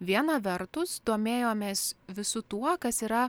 viena vertus domėjomės visu tuo kas yra